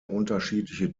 unterschiedliche